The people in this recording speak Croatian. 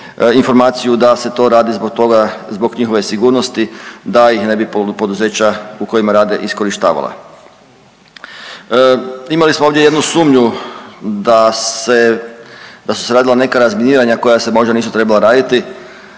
informaciju da se to radi zbog toga, zbog njihove sigurnosti da ih ne bi poduzeća u kojima rade, iskorištavala. Imali smo ovdje jednu sumnju da su se radila neka razminiranja koja se možda nisu trebala raditi.